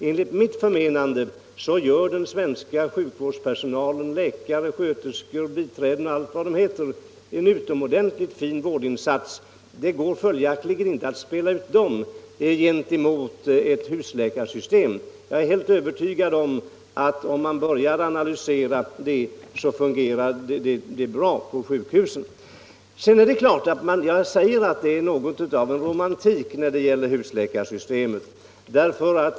Enligt mitt förmenande gör den svenska sjukvårdspersonalen — läkare, sköterskor, biträden och alla övriga grupper — en utomordentligt fin vårdinsats. Det går följaktligen inte att spela ut dem gentemot husläkarsystemet. Jag är helt övertygad om att om man börjar analysera situationen så fungerar vården bra på sjukhusen. Det är något av romantik över husläkarsystemet.